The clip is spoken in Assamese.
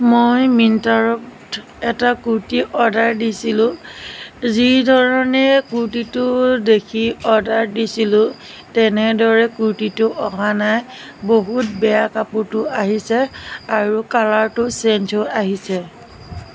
মই মিনট্ৰাত এটা কুৰ্টি অৰ্ডাৰ দিছিলোঁ যিধৰণে কুৰ্টিটো দেখি অৰ্ডাৰ দিছিলোঁ তেনেদৰে কুৰ্টিটো অহা নাই বহুত বেয়া কাপোৰটো আহিছে আৰু কালাৰটো ছেইঞ্জো আহিছে